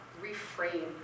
reframe